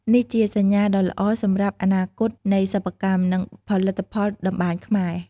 នេះជាសញ្ញាដ៏ល្អសម្រាប់អនាគតនៃសិប្បកម្ម និងផលិតផលតម្បាញខ្មែរ។